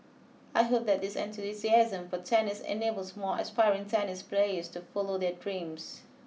I hope that this enthusiasm for tennis enables more aspiring tennis players to follow their dreams